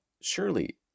surely